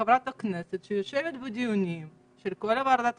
כחברת כנסת שיושבת בדיונים של ועדת הקורונה,